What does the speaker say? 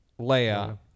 Leia